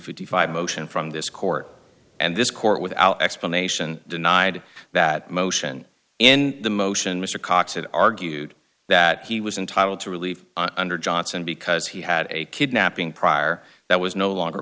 fifty five motion from this court and this court without explanation denied that motion in the motion mr cox had argued that he was entitled to relief under johnson because he had a kidnapping prior that was no longer